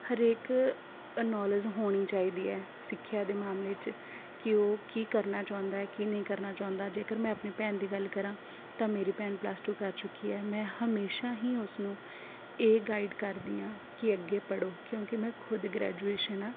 ਹਰੇਕ ਨੌਲੇਜ ਹੋਣੀ ਚਾਹੀਦੀ ਹੈ ਸਿੱਖਿਆ ਦੇ ਮਾਮਲੇ 'ਚ ਕਿ ਉਹ ਕੀ ਕਰਨਾ ਚਾਹੁੰਦਾ ਕੀ ਨਹੀਂ ਕਰਨਾ ਚਾਹੁੰਦਾ ਜੇਕਰ ਮੈਂ ਆਪਣੇ ਭੈਣ ਦੀ ਗੱਲ ਕਰਾਂ ਤਾਂ ਮੇਰੀ ਭੈਣ ਪਲੱਸ ਟੂ ਕਰ ਚੁੱਕੀ ਹੈ ਮੈਂ ਹਮੇਸ਼ਾ ਹੀ ਉਸਨੂੰ ਇਹ ਗਾਈਡ ਕਰਦੀ ਹਾਂ ਕਿ ਅੱਗੇ ਪੜ੍ਹੋ ਕਿਉਂਕਿ ਮੈਂ ਖੁਦ ਗ੍ਰੈਜੂਏਸ਼ਨ ਆ